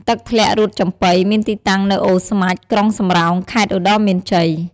ទឹកធ្លាក់រួតចំបុីមានទីតាំងនៅអូរស្មាច់ ក្រុងសំរោង ខេត្តឧត្តរមានជ័យ។